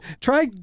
try